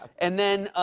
and then,